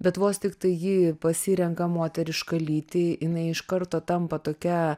bet vos tiktai ji pasirenka moterišką lytį jinai iš karto tampa tokia